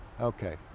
Okay